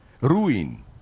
ruin